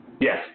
Yes